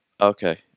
Okay